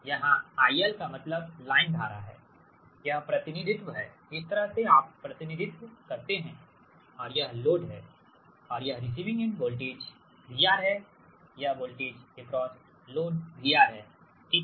यहां IL का मतलब लाइन धारा है यह प्रतिनिधित्व है इस तरह से आप प्रतिनिधित्व करते हैं और यह लोड है और यह रिसीविंग वोल्टेज VR है यह वोल्टेज एक्रॉस लोड VR हैठीक है